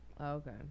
Okay